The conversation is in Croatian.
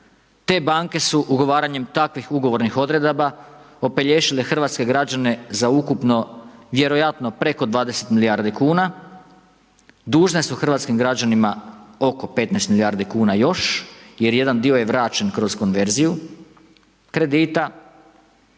Te banke su ugovaranjem takvih ugovornih odredaba opelješile hrvatske građane za ukupno, vjerojatno preko 20 milijardi kuna, dužne su hrvatskim građanima oko 15 milijardi kuna još jer jedan dio je vraćen kroz konverziju kredita,